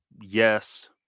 yes